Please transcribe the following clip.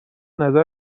نظر